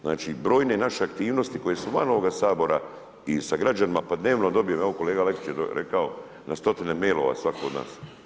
Znači, brojne naše aktivnosti koje su van ovoga Sabora i sa građanima pa dnevno dobijem, evo kolega Aleksić je rekao, na stotine mail-ova svatko od nas.